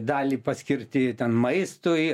dalį paskirti ten maistui